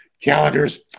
calendars